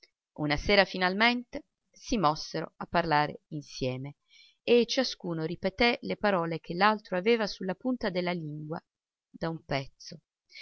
una sera finalmente si mossero a parlare insieme e ciascuno ripeté le parole che l'altro aveva su la punta della lingua da un pezzo